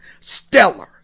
stellar